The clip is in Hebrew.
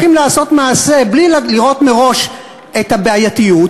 הולכים לעשות מעשה בלי לראות מראש את הבעייתיות,